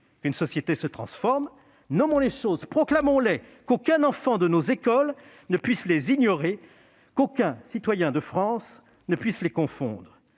qu'une société se transforme. Nommons les choses, proclamons-les, qu'aucun enfant de nos écoles ne puisse les ignorer, qu'aucun citoyen de France ne puisse les confondre